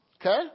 Okay